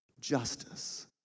justice